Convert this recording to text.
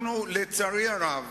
אנחנו, לצערי הרב,